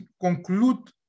conclude